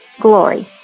Glory